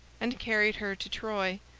and carried her to troy,